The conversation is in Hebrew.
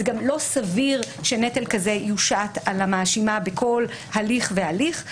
זה גם לא סביר שנטל כזה יושת על המאשימה בכל הליך והליך.